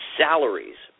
salaries